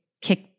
kick